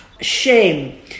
Shame